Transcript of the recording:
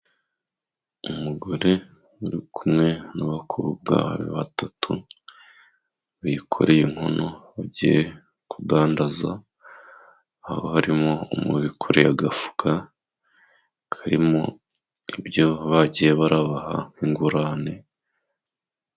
Umugore uri kumwe n'abakobwa be batatu, bikoreye inkono bagiye kudandaza, haba harimo umwe wikoreye agafuka karirimo ibyo bagiye barabaha nk'ingurane.